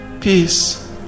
peace